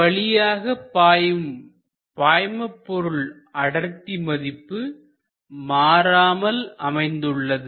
அதன் வழியாக பாயும் பாய்மாபொருள் அடர்த்தி மதிப்பு மாறாமல் அமைந்துள்ளது